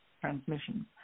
transmission